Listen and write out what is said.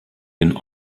den